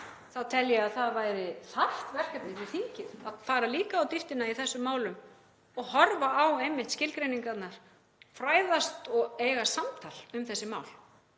þá tel ég að það væri þarft verkefni fyrir þingið að fara líka á dýptina í þessum málum og horfa einmitt á skilgreiningarnar, fræðast og eiga samtal um þessi mál.